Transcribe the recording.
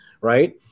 right